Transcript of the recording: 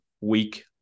week